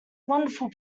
wonderful